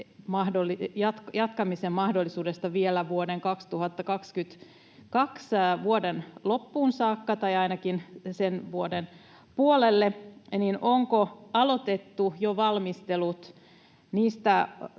jatkamisen mahdollisuudesta vielä vuoden 2022 loppuun saakka tai ainakin sen vuoden puolelle. Onko aloitettu jo valmistelut niistä teknisistä